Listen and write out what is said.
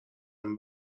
amb